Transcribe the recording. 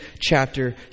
chapter